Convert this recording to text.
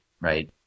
right